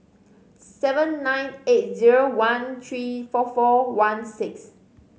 seven nine eight zero one three four four one six